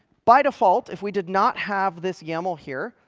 by default, if we did not have this yaml here,